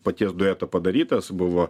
paties dueto padarytas buvo